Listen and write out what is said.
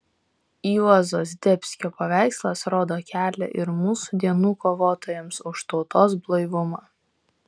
juozo zdebskio paveikslas rodo kelią ir mūsų dienų kovotojams už tautos blaivumą